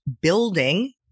building